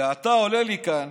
ועתה עולה לי כאן